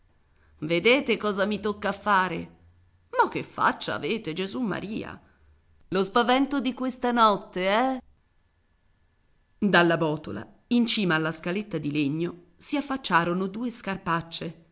vedete cosa mi tocca a fare ma che faccia avete gesummaria lo spavento di questa notte eh dalla botola in cima alla scaletta di legno si affacciarono due scarpacce